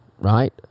right